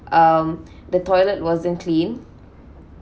um the toilet wasn't clean